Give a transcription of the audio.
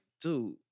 dude